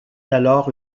alors